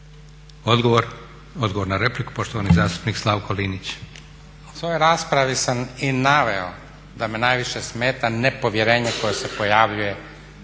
Odgovor na repliku, poštovani zastupnik Slavko Linić.